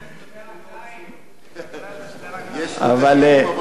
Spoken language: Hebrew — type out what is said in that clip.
גם הוא סבל מתת-תזונה.